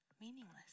meaningless